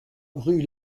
rue